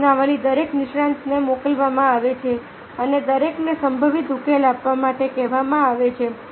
પ્રશ્નાવલી દરેક નિષ્ણાતને મોકલવામાં આવે છે અને દરેકને સંભવિત ઉકેલ આપવા માટે કહેવામાં આવે છે